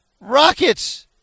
Rockets